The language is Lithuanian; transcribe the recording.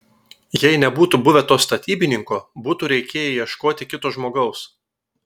jei nebūtų buvę to statybininko būtų reikėję ieškoti kito žmogaus